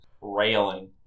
Railing